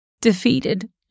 defeated